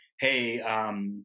hey